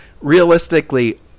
realistically